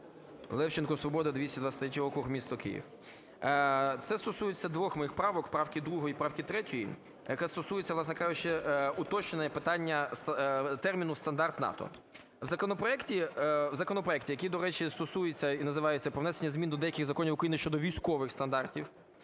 Левченко, "Свобода", 223 округ, місто Київ. Це стосується двох моїх правок, правки 2 і правки 3, які стосуються, власне кажучи, уточнення питання терміну "стандарт НАТО". У законопроекті, який, до речі, стосується і називається "Про внесення змін до деяких законів України щодо військових стандартів"